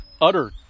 utter